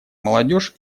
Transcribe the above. молодежь